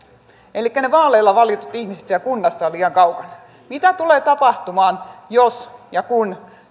elikkä ne vaaleilla valitut ihmiset siellä kunnassa ovat liian kaukana mitä tulee tapahtumaan jos ja kun